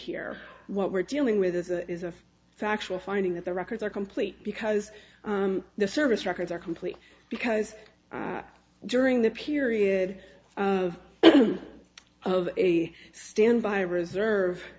here what we're dealing with is it is a factual finding that the records are complete because the service records are complete because during the period of a standby reserve